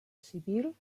civil